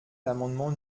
l’amendement